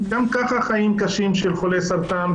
גם ככה החיים קשים לחולי סרטן,